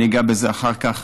אני אגע בזה אחר כך.